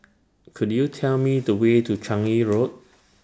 Could YOU Tell Me The Way to Changi Road